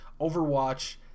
Overwatch